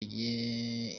yigiye